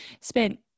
spent